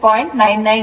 29 angle 36